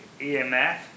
EMF